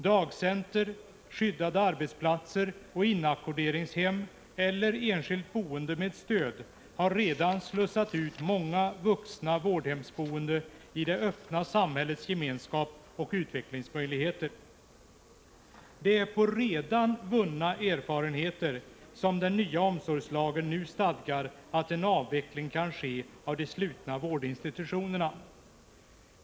Dagcenter, skyddade arbetsplatser och inackorderingshem eller enskilt boende med stöd har redan lett till att många vuxna vårdhemsboende har slussats ut till det öppna samhällets gemenskap och utvecklingsmöjligheter. Det är på redan vunna erfarenheter som den nya omsorgslagen nu stadgar att en avveckling kan ske av de slutna vårdinstitutionerna.